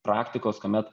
praktikos kuomet